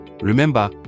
Remember